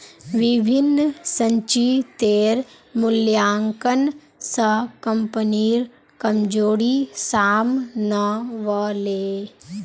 विभिन्न संचितेर मूल्यांकन स कम्पनीर कमजोरी साम न व ले